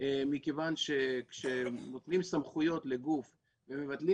מכיוון שכשנותנים סמכויות לגוף ומבטלים